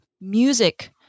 music